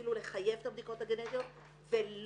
אפילו לחייב את הבדיקות הגנטיות ולא